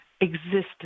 existence